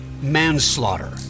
manslaughter